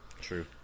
True